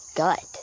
gut